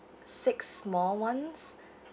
six small ones